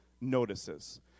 notices